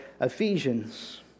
Ephesians